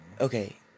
Okay